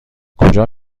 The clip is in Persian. کجا